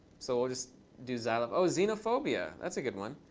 so we'll just do xylophone. oh, xenophobia. that's a good one.